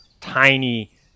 tiny